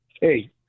Hey